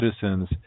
citizens